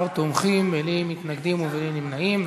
16 תומכים, בלי מתנגדים ובלי נמנעים.